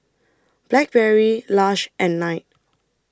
Blackberry Lush and Knight